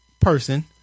person